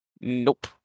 Nope